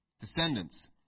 descendants